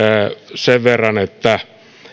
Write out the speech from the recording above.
sen verran että